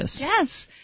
Yes